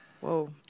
Whoa